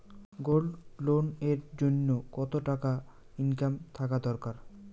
Gold loan এর জইন্যে কতো টাকা ইনকাম থাকা দরকার?